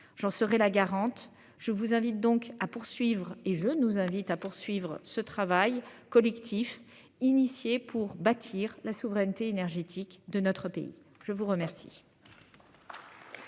je serai la garante. Je vous invite donc à poursuivre, et je nous invite à poursuivre ce travail collectif initié pour bâtir la souveraineté énergétique de notre pays. Je vous remercie.